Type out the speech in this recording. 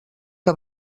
que